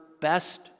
best